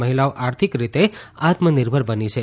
મહિલાઓ આર્થીક રીતે આત્મનિર્ભર બની છે